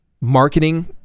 marketing